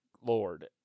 lord